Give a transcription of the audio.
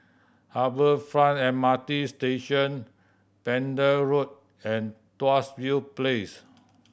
Harbour Front M R T Station Pender Road and Tuas View Place